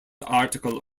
article